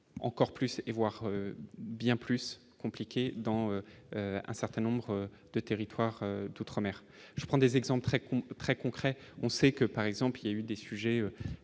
encore plus et voir bien plus compliqué, dans un certain nombre de territoires tous trentenaires, je prends des exemples très très concrets, on sait que par exemple il y a eu des sujets